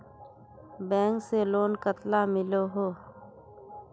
Bank से loan कतला मिलोहो?